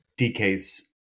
DK's